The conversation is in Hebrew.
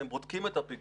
בודקים את הפיגום,